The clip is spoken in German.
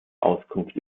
auskunft